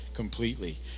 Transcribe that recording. completely